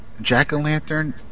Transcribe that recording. Jack-o'-lantern